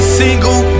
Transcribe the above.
single